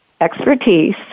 expertise